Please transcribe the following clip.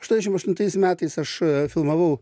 aštuoniasdešim aštuntais metais aš filmavau